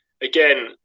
again